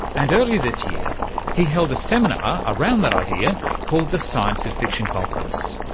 and earlier this year he held a seminar around that idea called the science of fiction conference.